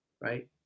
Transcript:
Right